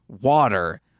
water